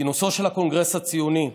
כינוסו של הקונגרס הציוני,